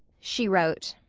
she wrote.